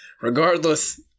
Regardless